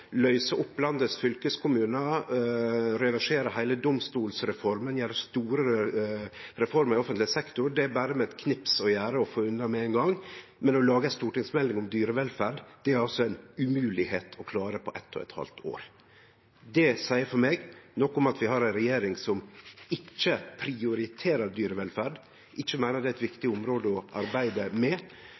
løyse opp fylkeskommunane i landet, reversere heile domstolsreforma og gjere store reformer i offentleg sektor, det er berre å gjere med eit knips og få unna med ein gong – men å lage ei stortingsmelding om dyrevelferd er altså umogleg å klare på eitt og eit halvt år. Det seier for meg noko om at vi har ei regjering som ikkje prioriterer dyrevelferd, som ikkje meiner det er eit viktig område å arbeide med.